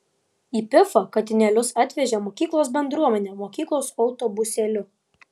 į pifą katinėlius atvežė mokyklos bendruomenė mokyklos autobusėliu